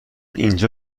اینجا